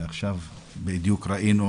ועכשיו בדיוק ראינו